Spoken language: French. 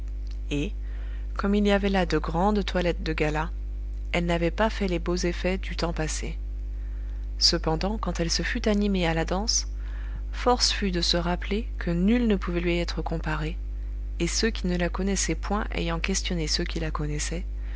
et comme il y avait là de grandes toilettes de gala elle n'avait pas fait les beaux effets du temps passé cependant quand elle se fut animée à la danse force fut de se rappeler que nulle ne pouvait lui être comparée et ceux qui ne la connaissaient point ayant questionné ceux qui la connaissaient